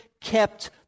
kept